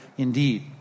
Indeed